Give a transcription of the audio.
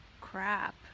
crap